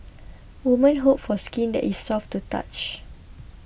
women hope for skin that is soft to touch